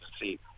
see